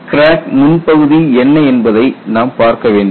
crack முன்பகுதி என்ன என்பதை நாம் பார்க்க வேண்டும்